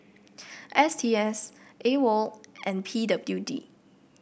S T S AWOL and P W D